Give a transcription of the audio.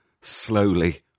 slowly